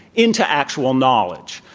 into actual knowledge.